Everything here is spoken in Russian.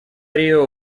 рио